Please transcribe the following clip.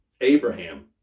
Abraham